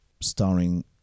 Starring